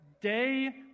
day